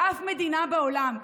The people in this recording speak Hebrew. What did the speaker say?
ואף מדינה בעולם,